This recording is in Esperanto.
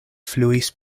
fluis